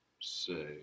say